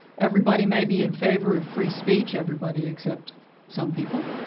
everybody may be in favor of free speech, everybody except some people.